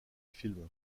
film